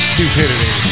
Stupidity